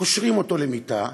קושרים אותו למיטה,